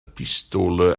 pistole